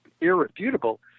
irrefutable